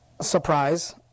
surprise